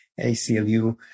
ACLU